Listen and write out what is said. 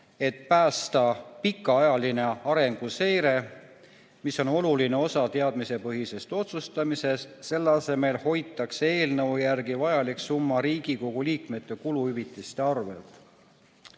et päästa pikaajaline arenguseire, mis on oluline osa teadmispõhisest otsustamisest. Selle asemel hoitakse eelnõu järgi vajalik summa Riigikogu liikmete kuluhüvitiste